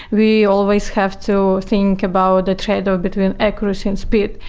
we always have to think about the tradeoff between accuracy and speed.